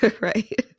Right